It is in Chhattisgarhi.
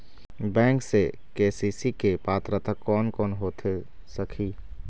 बैंक से के.सी.सी के पात्रता कोन कौन होथे सकही?